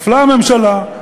נפלה הממשלה,